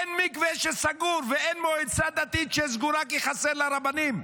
אין מקווה שסגור ואין מועצה דתית שסגורה כי חסרים לה רבנים.